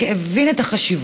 כי הוא הבין את החשיבות,